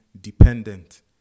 dependent